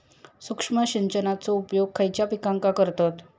सूक्ष्म सिंचनाचो उपयोग खयच्या पिकांका करतत?